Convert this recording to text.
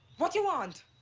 what do you want?